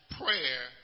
prayer